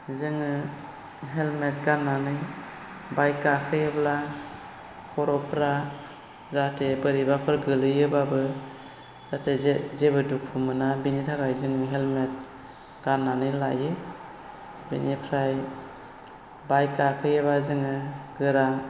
जोङो हेलमेट गाननानै बाइक गाखोयोब्ला खर'फोरा जाहाथे बोरैबाफोर गोग्लैयोब्लाबो जाहाथे जेबो दुखुमोना बेनि थाखाय जोङो हेलमेट गाननानै लायो बेनिफ्राय बाइक गाखोयोब्ला जोङो गोरा